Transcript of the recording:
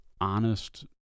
honest